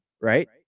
right